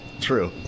True